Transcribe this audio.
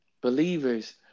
Believers